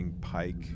Pike